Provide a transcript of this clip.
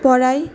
পড়ায়